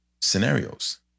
scenarios